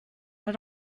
had